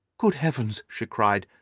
good heavens! she cried,